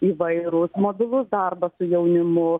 įvairūs mobilus darbas su jaunimu